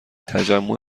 تجمع